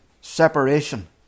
separation